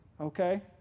okay